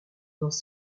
dans